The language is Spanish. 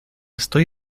estoy